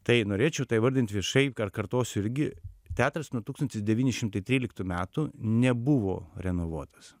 tai norėčiau tai įvardint viešai kar kartosiu irgi teatras nuo tūkstantis devyni šimtai tryliktų metų nebuvo renovuotas